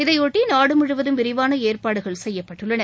இதையொட்டி நாடு முழுவதும் விரிவான ஏற்பாடுகள் செய்யப்பட்டுள்ளன